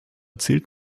zählt